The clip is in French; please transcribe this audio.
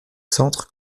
centres